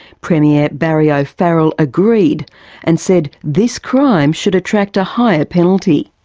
premier barry o'farrell agreed and said this crime should attract a higher penalty.